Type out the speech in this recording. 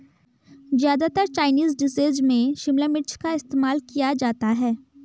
ज्यादातर Chinese dishes में शिमला मिर्च का इस्तेमाल किया जाता है